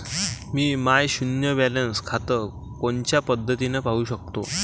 मी माय शुन्य बॅलन्स खातं कोनच्या पद्धतीनं पाहू शकतो?